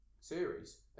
series